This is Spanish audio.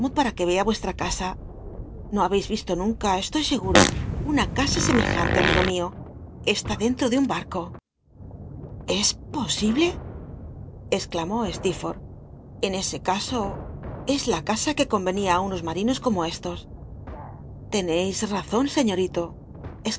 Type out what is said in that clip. pata que yca uesll'a casa no habcis yislo nunca estoy eguro una casa semejante amigo mio eslü dcnlto de un barco es posible exclamó stccrforth en ese caso es la casa que convenía i unos mnrinos como estos tcncis razon señorito